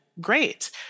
great